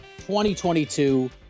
2022